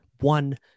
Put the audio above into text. one